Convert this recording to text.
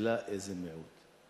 השאלה איזה מיעוט.